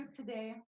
today